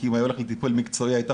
כי אם הוא היה הולך לטיפול מקצועי הייתה